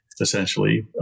essentially